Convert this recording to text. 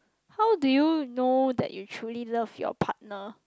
how do you know that you truly love your partner